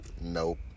Nope